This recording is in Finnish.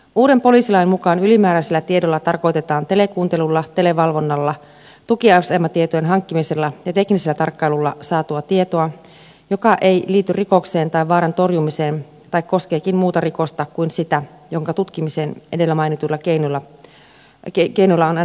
uuden poliisilain mukaan ylimääräisellä tiedolla tarkoitetaan telekuuntelulla televalvonnalla tukiasematietojen hankkimisella ja teknisellä tarkkailulla saatua tietoa joka ei liity rikokseen tai vaaran torjumiseen tai koskeekin muuta rikosta kuin sitä jonka tutkimiseen edellä mainituilla keinoilla on annettu lupa